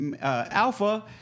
Alpha